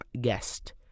Guest